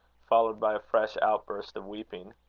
followed by a fresh outburst of weeping.